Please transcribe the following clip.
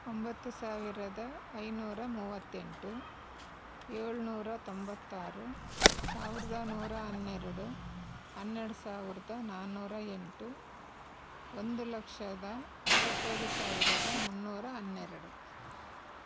ಒಂಬತ್ತು ಸಾವಿರದ ಐನೂರ ಮೂವತ್ತೆಂಟು ಏಳ್ನೂರ ತೊಂಬತ್ತಾರು ಸಾವಿರದ ನೂರ ಹನ್ನೆರಡು ಹನ್ನೆರಡು ಸಾವಿರದ ನಾನ್ನೂರ ಎಂಟು ಒಂದು ಲಕ್ಷದ ಇಪ್ಪತ್ತೈದು ಸಾವಿರದ ಮುನ್ನೂರ ಹನ್ನೆರಡು